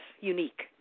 unique